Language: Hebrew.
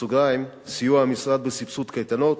סיוע המשרד בסבסוד קייטנות,